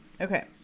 Okay